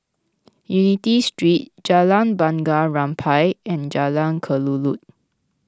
Unity Street Jalan Bunga Rampai and Jalan Kelulut